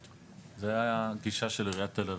זאת הגישה של עיריית תל אביב,